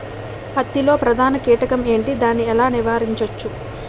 పత్తి లో ప్రధాన కీటకం ఎంటి? దాని ఎలా నీవారించచ్చు?